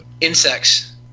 insects